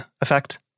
effect